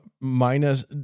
minus